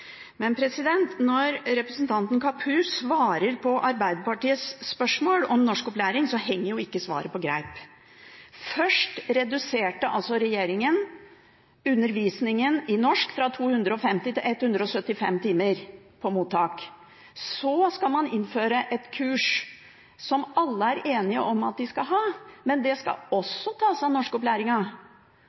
Men når representanten Kapur svarer på Arbeiderpartiets spørsmål om norskopplæring, henger ikke svaret på greip. Først reduserte regjeringen undervisningen i norsk på mottak, fra 250 timer til 175 timer. Så skal man innføre et kurs som alle er enige om at de skal ha, men det skal også tas av